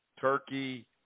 Turkey